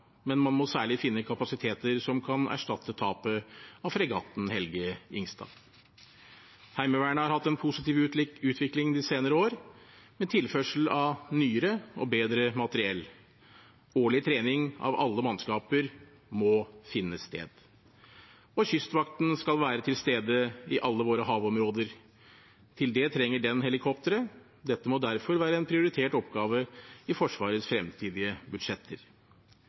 men man må særlig finne kapasiteter som kan erstatte tapet av fregatten «Helge Ingstad». Heimevernet har hatt en positiv utvikling de senere år, med tilførsel av nyere og bedre materiell. Årlig trening av alle mannskaper må finne sted, og Kystvakten skal være til stede i alle våre havområder. Til det trenger den helikoptre. Dette må derfor være en prioritert oppgave i Forsvarets fremtidige budsjetter.